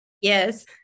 yes